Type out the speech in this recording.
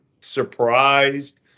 surprised